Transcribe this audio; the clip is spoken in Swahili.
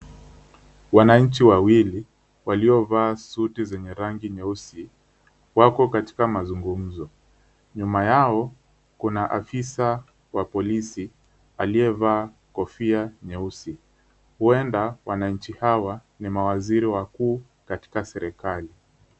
Wananchi wawili waliovaa suti zenye rangi nyeusi wako katika mazungumzo. Nyuma yao kuna afisa wa polisi aliyevaa kofia nyeusi. Huenda wananchi hawa ni mawaziri wakuu katika serekali.